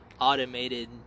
automated